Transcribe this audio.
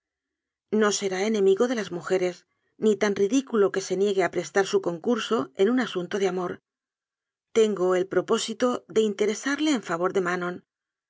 no será enemigo de las mujeres ni tan ridículo que se niegue a prestar su concurso en un asunto de amor tengo el propósito de interesarle en fa vor de